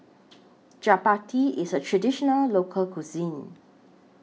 Chapati IS A Traditional Local Cuisine